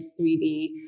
3D